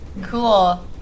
Cool